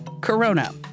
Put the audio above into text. Corona